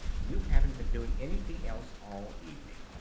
you haven't been doing anything else all evening.